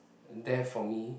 there for me